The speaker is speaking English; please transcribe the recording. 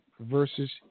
versus